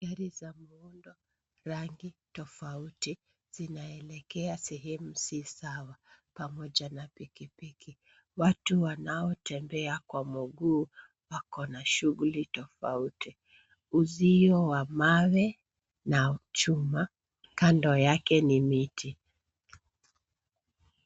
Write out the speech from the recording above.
Gari za muundo, rangi tofauti zinaelekea sehemu si sawa pamoja na pikipiki. Watu wanaotembea kwa mguu wako na shughuli tofauti. Uzio wa mawe na chuma, kando yake ni miti.